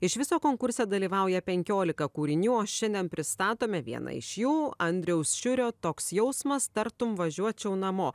iš viso konkurse dalyvauja penkiolika kūrinių o šiandien pristatome vieną iš jų andriaus šiurio toks jausmas tartum važiuočiau namo